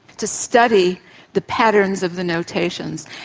to study the patterns of the notations.